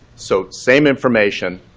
so same information,